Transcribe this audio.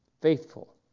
faithful